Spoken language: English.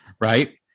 right